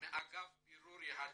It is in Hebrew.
אגף בירור יהדות,